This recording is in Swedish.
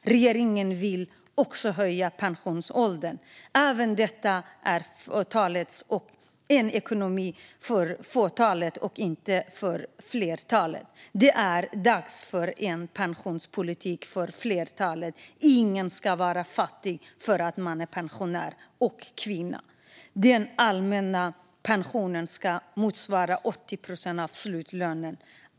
Regeringen vill också höja pensionsåldern. Även detta är en politik för fåtalet och inte för flertalet. Det är dags för en pensionspolitik för flertalet. Ingen ska vara fattig för att man är pensionär och kvinna. Den allmänna pensionen ska motsvara 80 procent av slutlönen.